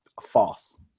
false